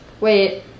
Wait